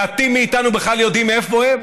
מעטים מאיתנו בכלל יודעים איפה הן,